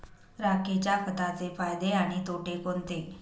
राखेच्या खताचे फायदे आणि तोटे कोणते?